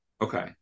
Okay